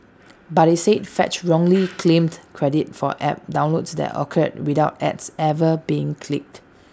but IT said fetch wrongly claimed credit for app downloads that occurred without ads ever being clicked